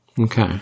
Okay